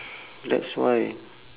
that's why